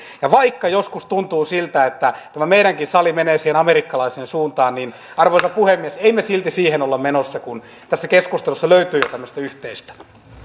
ja vaikka joskus tuntuu siltä että tämä meidänkin sali menee siihen amerikkalaiseen suuntaan niin arvoisa puhemies emme me silti siihen ole menossa kun tässä keskustelussa löytyy jo tämmöistä yhteistä